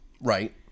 Right